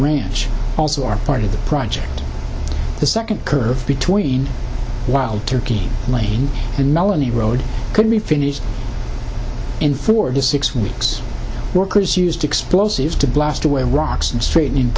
ranch also are part of the project the second curve between wild turkey lane and melanie road could be finished in four to six weeks workers used explosives to blast away rocks and straighten